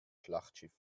schlachtschiff